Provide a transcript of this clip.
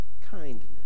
kindness